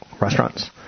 restaurants